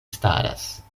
staras